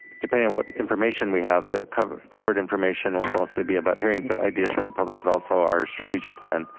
depending on what information we have, the covered covered information will mostly be about hearing ideas from the public, but also our strategic plan.